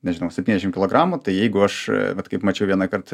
nežinau septyniasdešim kilogramų tai jeigu aš vat kaip mačiau vienąkart